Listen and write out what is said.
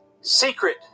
secret